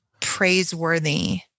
praiseworthy